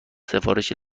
سفارش